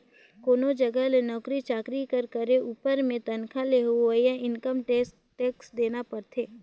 कोनो जगहा में नउकरी चाकरी कर करे उपर में तनखा ले होवइया इनकम में टेक्स देना परथे